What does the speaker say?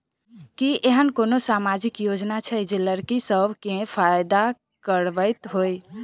की एहेन कोनो सामाजिक योजना छै जे लड़की सब केँ फैदा कराबैत होइ?